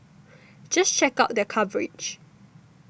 just check out their coverage